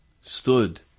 stood